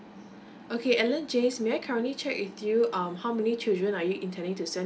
okay allan james may I currently check with you um how many children are you intending to send